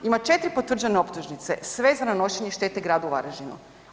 Ima 4 potvrđene optužnice sve za nanošenje štete gradu Varaždinu.